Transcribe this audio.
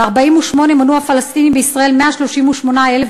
ב-1948 מנו הפלסטינים בישראל 138,000,